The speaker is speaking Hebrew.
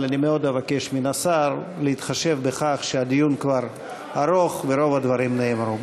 אבל אני מאוד אבקש מהשר להתחשב בכך שהדיון כבר ארוך ורוב הדברים נאמרו.